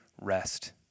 rest